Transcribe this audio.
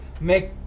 make